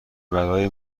برای